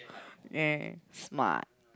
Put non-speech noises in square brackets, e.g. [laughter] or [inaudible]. [noise] smart